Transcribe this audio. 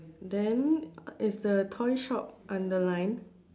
then is the toy shop underlined